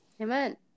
Amen